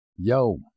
yo